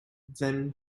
then